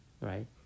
right